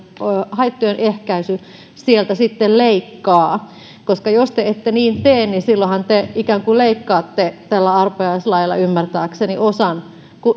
haittojen ehkäisy sieltä sitten leikkaa koska jos te ette niin tee niin silloinhan te ikään kuin leikkaatte tällä arpajaislailla ymmärtääkseni osan